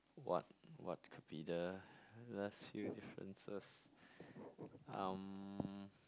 what what could be the last few differences um